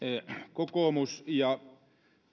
kokoomus ja